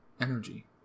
energy